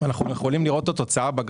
אנחנו רואים בגרף